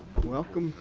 welcome.